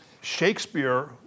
Shakespeare